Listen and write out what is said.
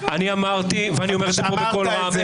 חברים, אני אמרתי, ואני אומר את זה פה בקול רם.